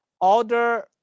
order